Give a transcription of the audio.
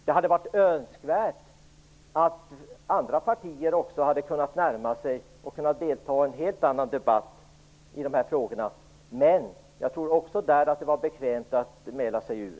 Det hade varit önskvärt att andra partier också hade kunnat närma sig och delta i en helt annan debatt i dessa frågor. Men jag tror att det också här var bekvämt att mäla sig ur.